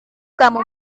kamu